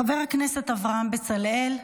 חבר הכנסת אברהם בצלאל.